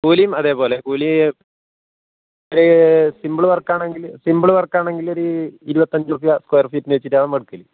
കൂലീം അതേ പോലെ കൂലി സിമ്പിൾ വർക്ക് ആണെങ്കിൽ സിമ്പിൾ വർക്ക് ആണെങ്കിൽ ഒരു ഇരുപത്തഞ്ചുറുപ്യ സ്ക്വയർ ഫീറ്റിന് വച്ചിട്ടാണ് നമ്മൾ എടുക്കൽ